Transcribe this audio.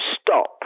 stop